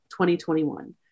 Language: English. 2021